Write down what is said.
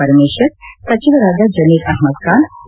ಪರಮೇಶ್ವರ್ ಸಚಿವರಾದ ಜಮೀರ್ ಅಹಮದ್ ಖಾನ್ ಕೆ